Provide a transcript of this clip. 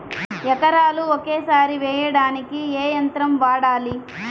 ఎకరాలు ఒకేసారి వేయడానికి ఏ యంత్రం వాడాలి?